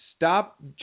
Stop